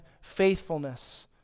faithfulness